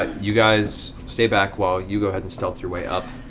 ah you guys stay back while you go ahead and stealth your way up.